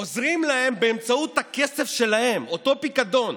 עוזרים להם באמצעות הכסף שלהם, אותו פיקדון.